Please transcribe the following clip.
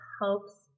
helps